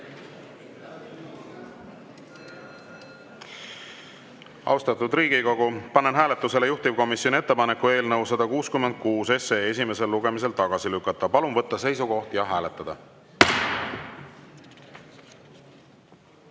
juurde. Austatud Riigikogu, panen hääletusele juhtivkomisjoni ettepaneku eelnõu 166 esimesel lugemisel tagasi lükata. Palun võtta seisukoht ja hääletada!